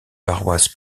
paroisse